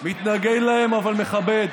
מתנגד להם, אבל מכבד.